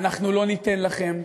אנחנו לא ניתן לכם,